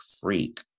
freak